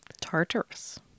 Tartarus